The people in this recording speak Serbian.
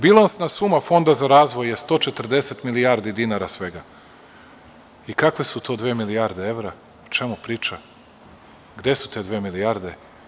Bilansna suma Fonda za razvoj je 140 milijardi dinara svega i kakve su to dve milijarde evra, o čemu priča, gde su te dve milijarde?